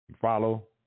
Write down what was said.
Follow